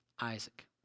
Isaac